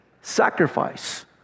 sacrifice